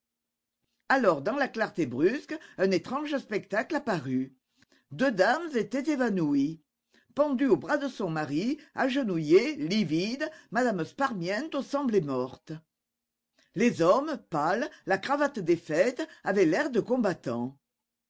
alors dans la clarté brusque un étrange spectacle apparut deux dames étaient évanouies pendue au bras de son mari agenouillée livide mme sparmiento semblait morte les hommes pâles la cravate défaite avaient l'air de combattants